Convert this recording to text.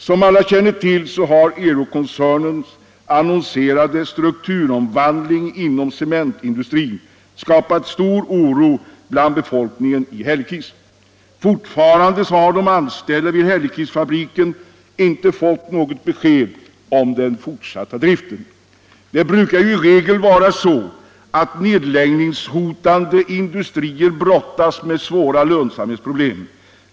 Som alla känner till, har Euroc-koncernens annonserade strukturomvandling inom cementindustrin skapat stor oro bland befolkningen i Hällekis. Fortfarande har de anställda vid Hällekisfabriken inte fått något besked om den fortsatta driften. I regel brottas nedläggningshotade industrier med svåra lönsamhetsproblem.